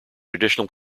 additional